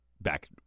back –